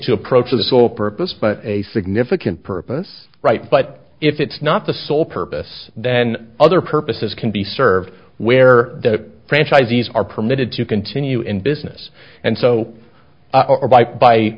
to approach or the sole purpose but a significant purpose right but if it's not the sole purpose that and other purposes can be served where the franchisees are permitted to continue in business and so